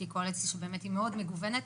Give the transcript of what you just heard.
שהיא קואליציה שהיא באמת מאוד מגוונת,